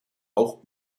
auch